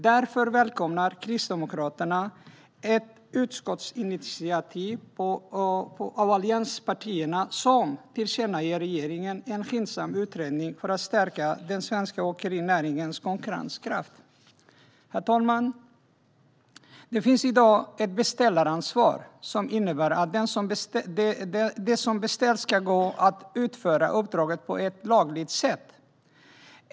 Därför välkomnar Kristdemokraterna ett utskottsinitiativ av allianspartierna där man tillkännager för regeringen att en skyndsam utredning för att stärka den svenska åkerinäringens konkurrenskraft behöver göras. Herr ålderspresident! Det finns i dag ett beställaransvar som innebär att det ska gå att utföra uppdraget på ett lagligt sätt.